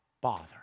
bother